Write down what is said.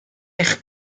eich